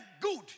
good